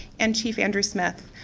and chief andrew smith,